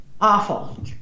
awful